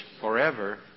forever